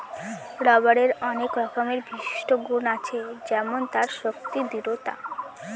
রবারের আনেক রকমের বিশিষ্ট গুন আছে যেমন তার শক্তি, দৃঢ়তা